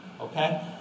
okay